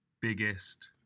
biggest